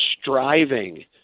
striving